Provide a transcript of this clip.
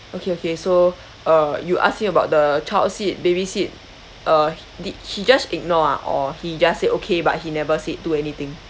okay okay so err you asked him about the child seat baby seat uh did he just ignore ah or he just say okay but he never said do anything